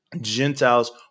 Gentiles